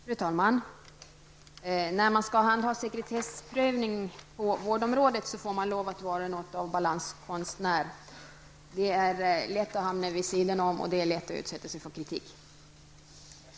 Fru talman! När man skall handha sekretessprövning på vårdområdet får man lov att vara något av en balanskonstnär. Det är lätt att hamna vid sidan om, och det är lätt att utsätta sig för kritik.